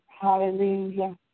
Hallelujah